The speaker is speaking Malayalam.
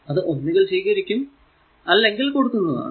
അത് ഒന്നുകിൽ സ്വീകാരിക്കും അല്ലെങ്കിൽ കൊടുക്കുന്നതിനാണ്